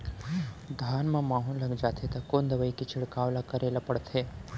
धान म माहो लग जाथे त कोन दवई के छिड़काव ल करे ल पड़थे?